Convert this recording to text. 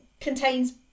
contains